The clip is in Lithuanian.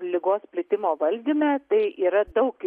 ligos plitimo valdyme tai yra daug